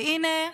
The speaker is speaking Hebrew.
והינה,